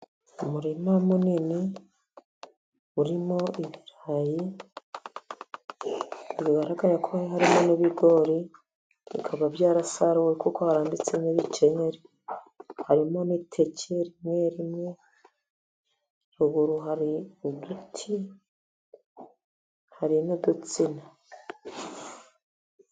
Umurima munini urimo ibirayi, bigaragara ko harimo n'ibigori bikaba byarasaruwe kuko harambitsemo n'ibikenyeri, harimo n'iteke rimwe rimwe, ruguru hari uduti hari n'udutsina.